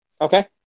Okay